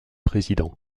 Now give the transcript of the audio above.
président